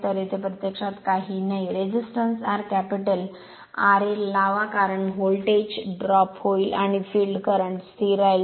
तर तेथे प्रत्यक्षात काहीही नाही रेझिस्टन्स R कॅपिटल ra लावा कारण व्होल्टेज ड्रॉप होईल आणि फिल्ड करंट स्थिर राहील